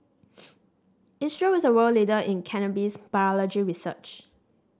Israel is a world leader in cannabis biology research